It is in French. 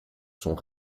sont